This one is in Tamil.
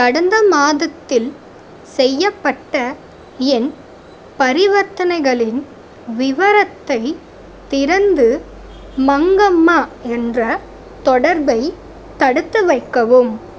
கடந்த மாதத்தில் செய்யப்பட்ட என் பரிவர்த்தனைகளின் விவரத்தைத் திறந்து மங்கம்மா என்ற தொடர்பை தடுத்து வைக்கவும்